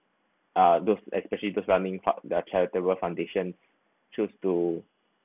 uh those especially just running park their charitable foundation chose to